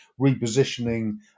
repositioning